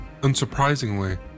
Unsurprisingly